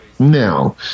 Now